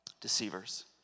deceivers